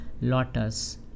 lotus